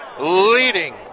leading